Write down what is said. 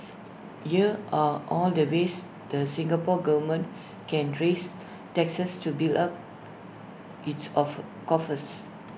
here are all the ways the Singapore Government can raise taxes to build up its offer coffers